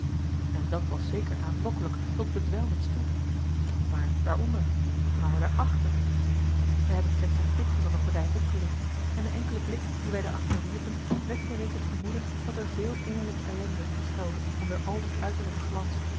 en dat was zeker aanlokkelijk tot bedwelmens toe maar daaronder maar daarachter wij hebben slechts een tipje van de gordijn opgelicht en de enkele blik dien wij daarachter wierpen wekte reeds het vermoeden dat er veel innerlijke ellende schuilde onder al dien uiterlijken glans